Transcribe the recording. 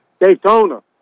Daytona